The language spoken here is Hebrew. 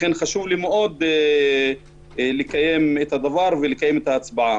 לכן חשוב לי מאוד לקיים את הדבר ולקיים את ההצבעה.